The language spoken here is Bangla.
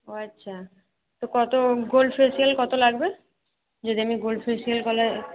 ও আচ্ছা তো কতো গোল্ড ফেসিয়াল কতো লাগবে যদি আমি গোল্ড ফেসিয়াল ফেসিয়াল কলা